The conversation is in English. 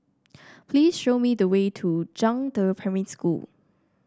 please show me the way to Zhangde Primary School